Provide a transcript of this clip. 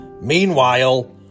meanwhile